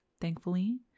Thankfully